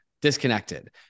disconnected